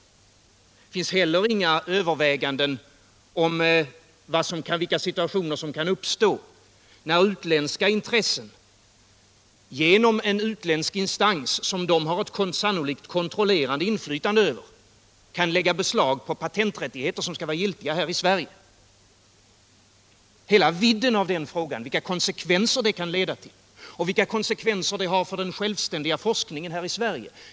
Man redovisar inte heller några överväganden om vilka situationer som kan uppstå, när utländska intressen genom en utländsk instans, som de sannolikt har ett kontrollerande inflytande över, kan lägga beslag på patenträttigheter, som skall vara giltiga här i Sverige. Det saknas också bedömningar av vilka konsekvenser detta kan leda till och vilka konsekvenser det kan få för den självständiga forskningen i Sverige,.